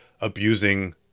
abusing